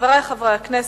חברי חברי הכנסת,